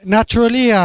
Naturally